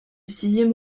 sixième